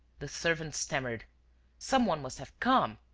the servant stammered someone must have come.